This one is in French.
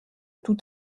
tout